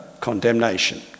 condemnation